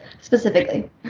specifically